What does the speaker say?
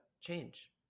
change